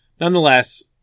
Nonetheless